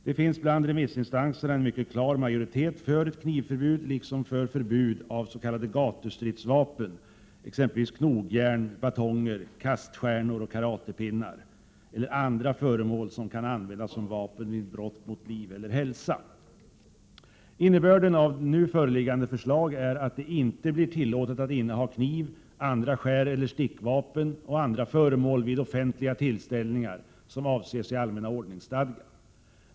Det finns bland remissinstanserna en mycket klar majoritet för ett knivförbud liksom för förbud mot s.k. gatustridsvapen, exempelvis knogjärn, batonger, kaststjärnor, karatepinnar och andra sådana föremål som kan användas som vapen vid brott mot liv eller hälsa. Innebörden av nu föreliggande förslag är att det inte blir tillåtet att inneha kniv, andra skäreller stickvapen och andra föremål vid offentliga tillställningar som avses i allmänna ordningsstadgan.